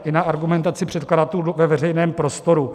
Jedna argumentace předkladatelů ve veřejném prostoru.